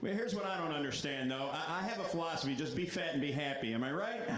here's what i don't understand, though. i have a philosophy, just be fat and be happy. am i right?